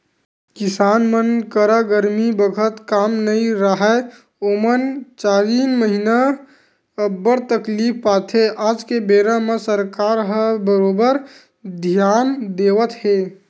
किसान मन करा गरमी बखत काम नइ राहय ओमन चारिन महिना अब्बड़ तकलीफ पाथे आज के बेरा म सरकार ह बरोबर धियान देवत हे